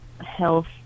health